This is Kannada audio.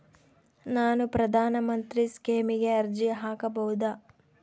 ನಾನು ಪ್ರಧಾನ ಮಂತ್ರಿ ಸ್ಕೇಮಿಗೆ ಅರ್ಜಿ ಹಾಕಬಹುದಾ?